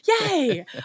yay